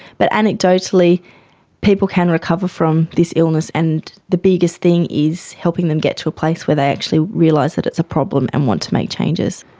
but anecdotally people can recover from this illness, and the biggest thing is helping them get to a place where they actually realise that it's a problem and want to make changes.